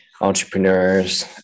entrepreneurs